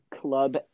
club